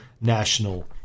national